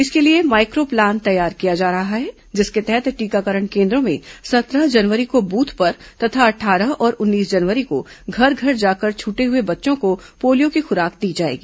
इसके लिए micro plan तैयार किया जा रहा है जिसके तहत टीकाकरण केन्द्रों में सत्रह जनवरी को बूथ पर तथा अट्ठारह और उन्नीस जनवरी को घर घर जाकर छूटे हुए बच्चों को पोलियो की खुराक दी जाएगी